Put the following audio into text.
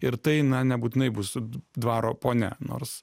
ir tai na nebūtinai bus su dvaro ponia nors